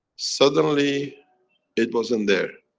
suddenly it wasn't there.